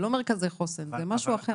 זה לא מרכזי חוסן, זה משהו אחר.